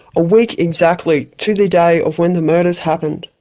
a week exactly to the day of when the murders happened,